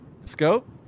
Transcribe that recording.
scope